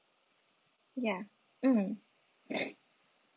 ya mm